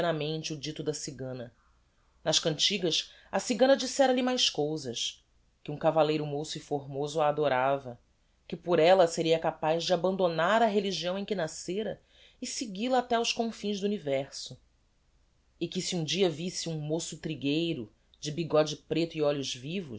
mente o dito da cigana nas cantigas a cigana dissera-lhe mais cousas que um cavalleiro moço e formoso a adorava que por ella seria capaz de abandonar a religião em que nascera e seguil a até aos confins do universo e que se um dia visse um moço trigueiro de bigode preto e olhos vivos